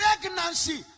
pregnancy